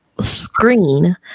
screen